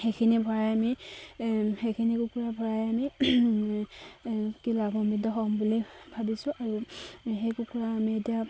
সেইখিনি ভৰাই আমি সেইখিনি কুকুৰা ভৰাই আমি কি লাভম্বিত হ'ম বুলি ভাবিছোঁ আৰু সেই কুকুৰা আমি এতিয়া